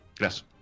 Yes